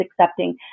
accepting